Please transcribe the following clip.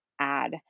add